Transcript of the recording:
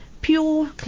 pure